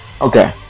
Okay